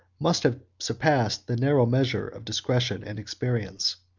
must have surpassed the narrow measure of discretion and experience.